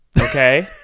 okay